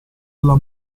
della